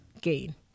gain